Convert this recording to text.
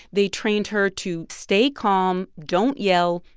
they trained her to stay calm. don't yell.